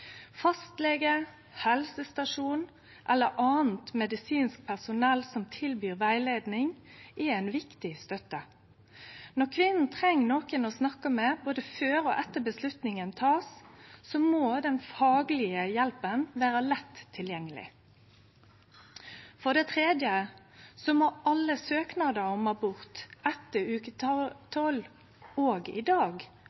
Fastlege, helsestasjon eller anna medisinsk personell som tilbyr rettleiing, er ei viktig støtte. Når kvinna treng nokon å snakke med, både før og etter at avgjerda blir teken, må den faglege hjelpa vere lett tilgjengeleg. For det tredje må alle søknader om abort etter